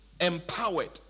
empowered